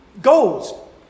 goals